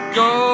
go